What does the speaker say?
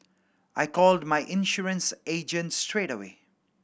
I called my insurance agent straight away